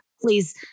Please